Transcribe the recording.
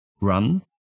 run